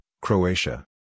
Croatia